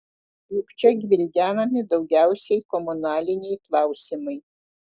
juk čia gvildenami daugiausiai komunaliniai klausimai